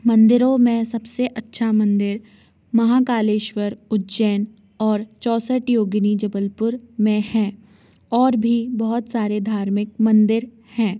मंदिरों में सब से अच्छा मंदिर महाकालेश्वर उज्जैन और चौंसठ योगिनी जबलपुर में है और भी बहुत सारे धार्मिक मंदिर हैं